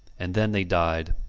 and then they died.